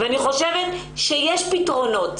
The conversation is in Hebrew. יש בפנינו שני